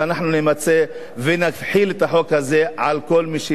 שאנחנו נמצה ונחיל את החוק הזה על כל מי,